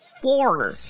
four